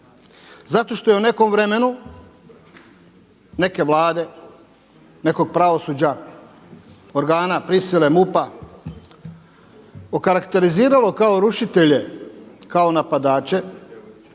zato što je u nekom vremenu, neke vlade, nekog pravosuđa, organa prisile MUP-a okarakteriziralo kao rušitelje, kao napadače,